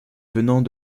venant